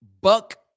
buck